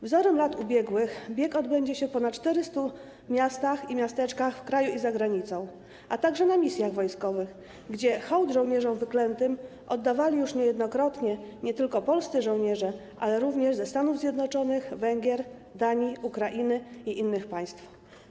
Wzorem lat ubiegłych bieg odbędzie się w ponad czterystu miastach i miasteczkach w kraju i za granicą, a także na misjach wojskowych, gdzie hołd żołnierzom wyklętym oddawali już niejednokrotnie nie tylko polscy żołnierze, ale również żołnierze ze Stanów Zjednoczonych, Węgier, Danii, Ukrainy i innych państw.